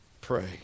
Pray